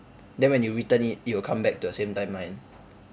then when you return it it will come back to the same timeline